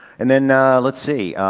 and then let's see,